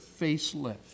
facelift